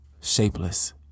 shapeless